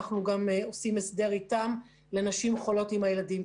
אנחנו עושים הסדר אתם עבור נשים חולות עם הילדים.